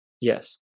Yes